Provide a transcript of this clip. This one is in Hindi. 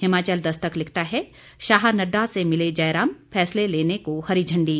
हिमाचल दस्तक लिखता है शाह नड्डा से मिले जयराम फैसले लेने को हरी झंडी